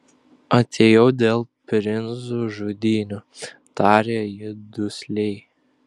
atėjau dėl princų žudynių tarė ji dusliai